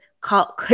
call